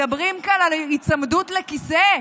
מדברים כאן על היצמדות לכיסא?